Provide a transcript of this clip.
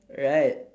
right